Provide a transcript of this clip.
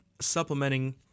supplementing